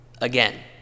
again